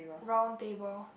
round table